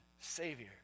Savior